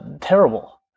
terrible